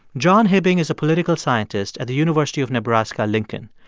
john hibbing is a political scientist at the university of nebraska-lincoln.